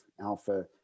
alpha